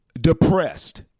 depressed